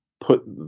put